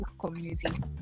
community